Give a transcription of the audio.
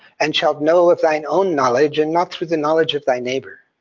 and shalt know of thine own knowledge and not through the knowledge of thy neighbor.